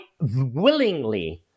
willingly